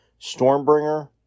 Stormbringer